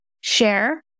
share